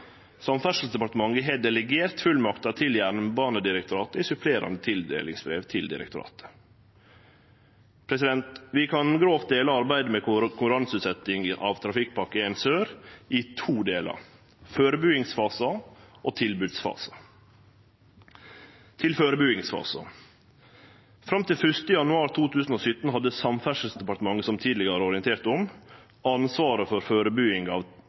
år. Samferdselsdepartementet har delegert fullmakta til Jernbanedirektoratet i supplerande tildelingsbrev til direktoratet. Vi kan grovt dele arbeidet med konkurranseutsetjinga av Trafikkpakke 1 Sør i to delar, førebuingsfasen og tilbodsfasen. Til førebuingsfasen: Fram til 1. januar 2017 hadde Samferdselsdepartementet, som tidlegare orientert om, ansvaret for førebuinga av